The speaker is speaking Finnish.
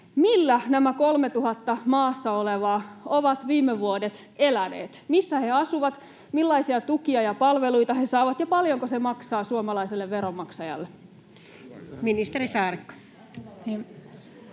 millä nämä 3 000 maassa olevaa ovat viime vuodet eläneet, missä he asuvat, millaisia tukia ja palveluita he saavat ja paljonko se maksaa suomalaiselle veronmaksajalle. [Speech 206]